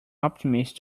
optimist